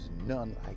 none